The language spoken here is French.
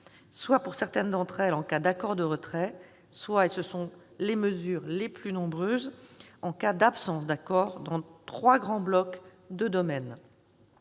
soit, pour certaines d'entre elles, en cas d'accord de retrait, soit- et ce sont les mesures les plus nombreuses -en cas d'absence d'accord, dans trois grands blocs de domaines